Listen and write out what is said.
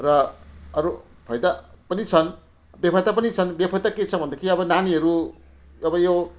र अरू फाइदा पनि छन् बेफाइदा पनि छन् बेफाइदा के छ भनेदेखि अब नानीहरू अब यो